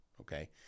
Okay